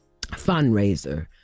fundraiser